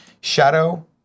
Shadow